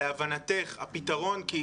להבנתך, מה הפתרון?